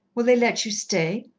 will they let you stay?